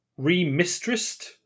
remistressed